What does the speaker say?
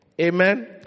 Amen